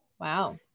wow